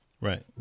Right